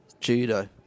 judo